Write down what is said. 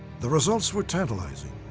the results were tantalizing,